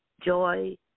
joy